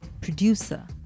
producer